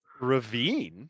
ravine